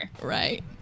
Right